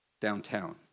Downtown